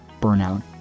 burnout